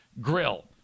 grill